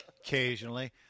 Occasionally